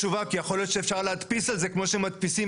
כל רשת תקבע את המחיר.